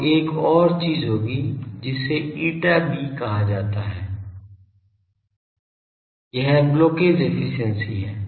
तो एक और चीज होगी जिसे eta b कहा जाता है यह ब्लॉकेज एफिशिएंसी है